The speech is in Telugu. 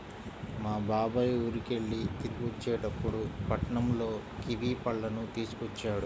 మా బాబాయ్ ఊరికెళ్ళి తిరిగొచ్చేటప్పుడు పట్నంలో కివీ పళ్ళను తీసుకొచ్చాడు